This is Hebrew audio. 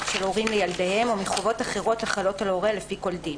של הורים לילדיהם או מחובות אחרות החלות על הורה לפי כל דין.